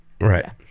right